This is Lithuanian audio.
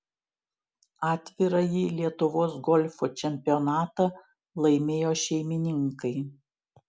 atvirąjį lietuvos golfo čempionatą laimėjo šeimininkai